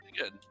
good